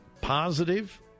positive